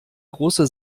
große